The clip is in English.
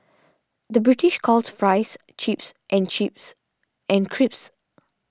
the British calls Fries Chips and Chips and creeps